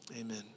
amen